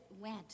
went